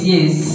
Yes